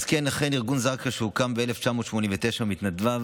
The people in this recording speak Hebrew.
אז כן, אכן, ארגון זק"א הוקם בשנת 1989, ומתנדביו